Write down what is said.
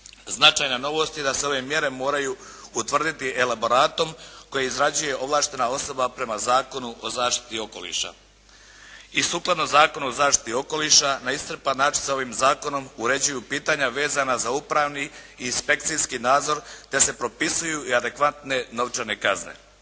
Značajna novost je da se ove mjere moraju utvrditi elaboratom koji izrađuje ovlaštena osoba prema Zakonu o zaštiti okoliša. I sukladno Zakonu o zaštiti okoliša na iscrpan način se ovim zakonom uređuju pitanja vezana za upravni i inspekcijski nadzor da se propisuju adekvatne novčane kazne.